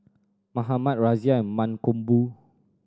Mahatma Razia and Mankombu